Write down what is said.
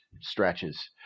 stretches